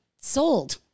sold